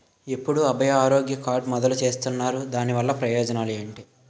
ఎప్పుడు అభయ ఆరోగ్య కార్డ్ మొదలు చేస్తున్నారు? దాని వల్ల ప్రయోజనాలు ఎంటి?